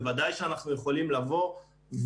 בוודאי שאנחנו יכולים לייעץ.